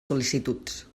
sol·licituds